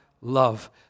love